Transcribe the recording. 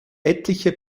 etliche